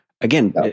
Again